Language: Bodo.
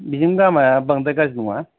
बेजों लामाया बांद्राय गाज्रि नङा